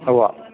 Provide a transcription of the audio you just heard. ഉവ്വ്